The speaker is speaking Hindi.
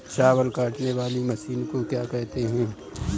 चावल काटने वाली मशीन को क्या कहते हैं?